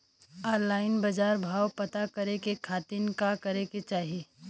Online बाजार भाव पता करे के खाती का करे के चाही?